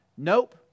Nope